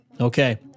Okay